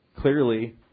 clearly